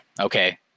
okay